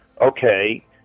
okay